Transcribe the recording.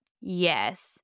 Yes